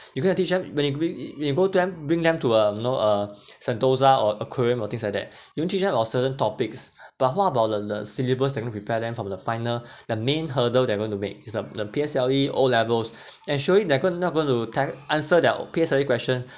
you going to teach them when you go them when you go to them bring them to uh know uh sentosa or aquarium or things like that you don't teach them on certain topics but what about the the syllabus that you're going to prepare them for the final the main hurdle that they're going to make is the the P_S_L_E o-levels and surely they're going to not going to ta~ answer their P_S_L_E question